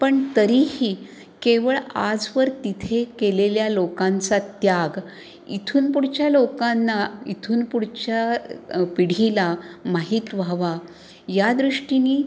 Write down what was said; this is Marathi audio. पण तरीही केवळ आजवर तिथे केलेल्या लोकांचा त्याग इथून पुढच्या लोकांना इथून पुढच्या पिढीला माहीत व्हावा या दृष्टीने